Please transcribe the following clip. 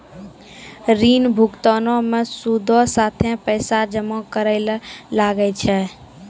ऋण भुगतानो मे सूदो साथे पैसो जमा करै ल लागै छै